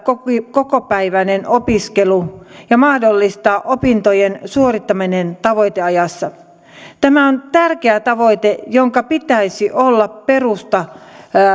kokopäiväinen opiskelu ja mahdollistaa opintojen suorittaminen tavoiteajassa tämä on tärkeä tavoite jonka pitäisi olla perusta